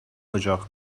اجاق